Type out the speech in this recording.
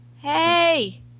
hey